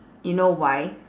you know why